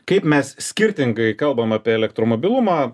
kaip mes skirtingai kalbam apie elektromobilumą